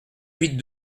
huit